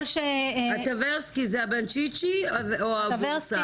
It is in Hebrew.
הטברסקי זה הבנצ'יצ'י או הבורסה?